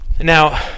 Now